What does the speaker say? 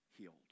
healed